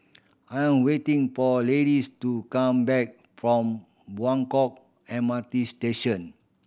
I'm waiting for Laddies to come back from Buangkok M R T Station